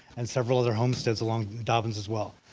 and several other homesteads along dobbins as well.